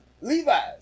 Levi's